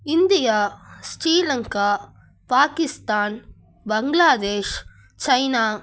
India Sri Lanka Pakistan Bangladesh China